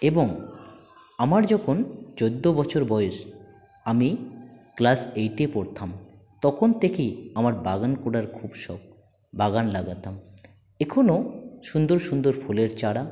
এবং আমার যখন চোদ্দো বছর বয়স আমি ক্লাস এইটে পড়তাম তখন থেকে আমার বাগান করার খুব শখ বাগান লাগাতাম এখনও সুন্দর সুন্দর ফুলের চারা